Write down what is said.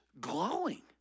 glowing